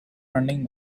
running